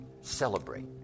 celebrate